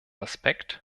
aspekt